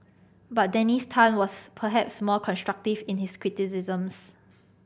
but Dennis Tan was perhaps more constructive in his criticisms